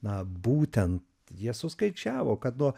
na būtent jie suskaičiavo kad nuo